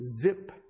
zip